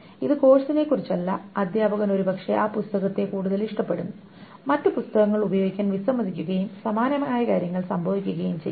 ഇത് കോഴ്സിനെക്കുറിച്ചല്ല അധ്യാപകൻ ഒരുപക്ഷേ ആ പുസ്തകത്തെ കൂടുതൽ ഇഷ്ടപ്പെടുന്നു മറ്റ് പുസ്തകങ്ങൾ ഉപയോഗിക്കാൻ വിസമ്മതിക്കുകയും സമാനമായ കാര്യങ്ങൾ സംഭവിക്കുകയും ചെയ്യും